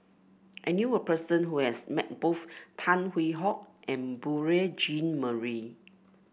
I knew a person who has met both Tan Hwee Hock and Beurel Jean Marie